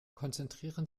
konzentrieren